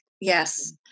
Yes